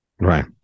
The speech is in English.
Right